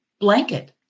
blanket